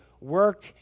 work